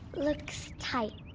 looks tight.